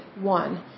one